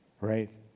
right